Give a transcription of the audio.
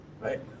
right